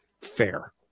fair